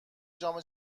جام